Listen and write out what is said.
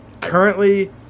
Currently